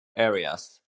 areas